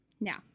Now